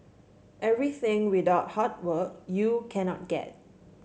everything without hard work you cannot get